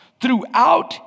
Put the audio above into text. throughout